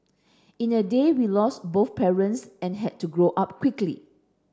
in a day we lost both parents and had to grow up quickly